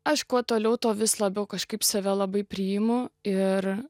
aš kuo toliau tuo vis labiau kažkaip save labai priimu ir